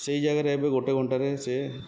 ସେଇ ଜାଗାରେ ଏବେ ଗୋଟେ ଘଣ୍ଟାରେ ସେ